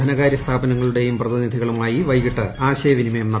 ധനകാരൃ സ്ഥാപനങ്ങളുടെയും പ്രതിനിധികളുമായി വൈകിട്ട് ആശയവിനിമയം നടത്തും